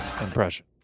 impression